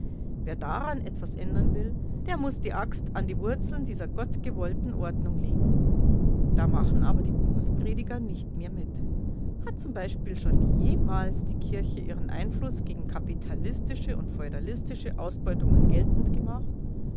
wer daran etwas ändern will der muß die axt an die wurzeln dieser gottgewollten ordnung legen da machen aber die bußprediger nicht mehr mit hat z b schon jemals die kirche ihren einfluß gegen kapitalistische und feudalistische ausbeutungen geltend gemacht